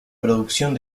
producción